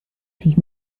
viech